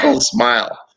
smile